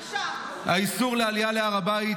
--- הר הבית --- בושה --- איסור העלייה להר הבית